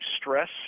stress